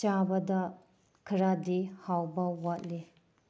ꯆꯥꯕꯗ ꯈꯔꯗꯤ ꯍꯥꯎꯕ ꯋꯥꯠꯂꯤ